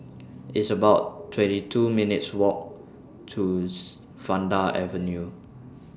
It's about twenty two minutes' Walk to Vanda Avenue